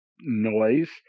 noise